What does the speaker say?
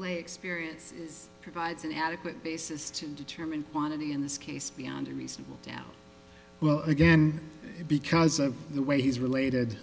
lay experience provides an adequate basis to determine quantity in this case beyond a reasonable doubt well again because of the way he's related